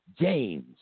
James